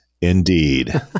Indeed